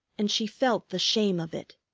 and she felt the shame of it.